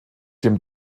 dem